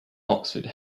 oxford